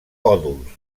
còdols